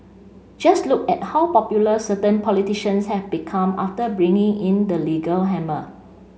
just look at how popular certain politicians have become after bringing in the legal hammer